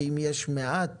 שאם יש מעט